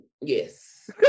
Yes